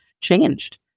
changed